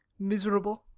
miserable,